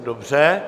Dobře.